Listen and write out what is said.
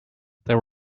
they